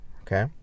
okay